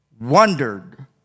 wondered